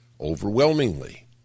Overwhelmingly